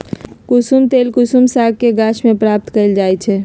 कुशुम तेल कुसुम सागके गाछ के प्राप्त कएल जाइ छइ